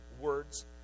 words